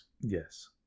Yes